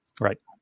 Right